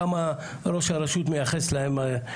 מרוב שהרשות מייחסת להם,